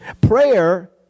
Prayer